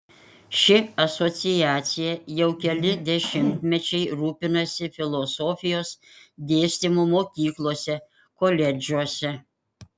ši asociacija jau keli dešimtmečiai rūpinasi filosofijos dėstymu mokyklose koledžuose